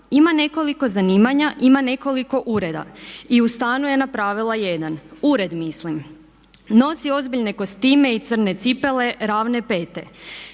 Ima nekoliko zanimanja, ima nekoliko ureda. I u stanu je napravila jedan, ured mislim. Nosi ozbiljne kostime i crne cipele, ravne pete.